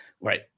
right